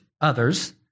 others